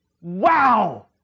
wow